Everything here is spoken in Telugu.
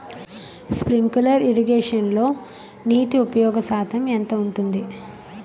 స్ప్రింక్లర్ ఇరగేషన్లో నీటి ఉపయోగ శాతం ఎంత ఉంటుంది?